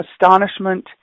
astonishment